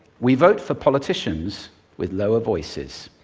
we vote for politicians with lower voices,